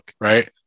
right